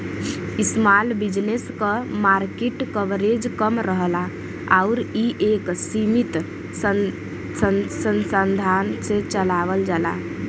small business क market coverage कम रहला आउर इ एक सीमित संसाधन से चलावल जाला